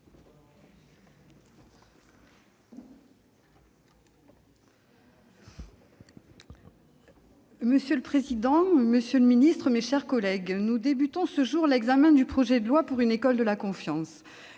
Monsieur le président, monsieur le ministre, mes chers collègues, nous commençons ce jour l'examen du projet de loi pour une école de la confiance.